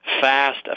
fast